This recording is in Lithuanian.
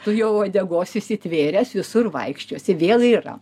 tu jo uodegos įsitvėręs visur vaikščiosi vėl yra